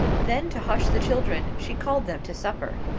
then to hush the children she called them to supper.